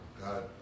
God